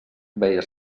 veia